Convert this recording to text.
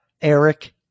Eric